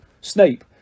Snape